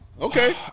Okay